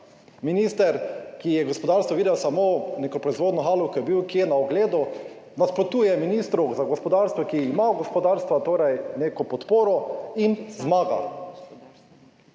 minister, ki je v gospodarstvu videl samo neko proizvodno halo, ko je na ogledu, nasprotuje ministru za gospodarstvo, ki ima od gospodarstva torej neko podporo in zmaga.